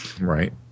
right